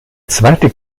zweite